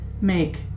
Make